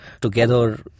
together